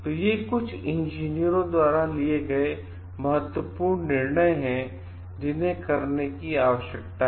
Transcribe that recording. ये कुछ इंजीनियरों द्वारा लिया गए महत्वपूर्ण निर्णय हैं जिन्हें करने की आवश्यकता है